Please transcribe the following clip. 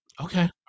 Okay